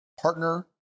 partner